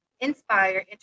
inspire